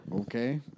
Okay